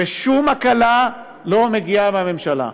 ושום הקלה לא מגיעה מהממשלה.